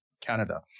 Canada